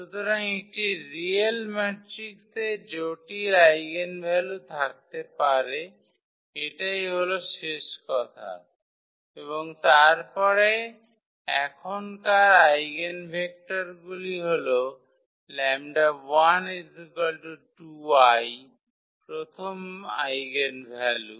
সুতরাং একটি রিয়েল ম্যাট্রিক্সের জটিল আইগেনভ্যালু থাকতে পারে এটাই হল শেষ কথা এবং তারপরে এখনকার আইগেনভেক্টরগুলি হল 𝜆12i প্রথম আইগেনভ্যালু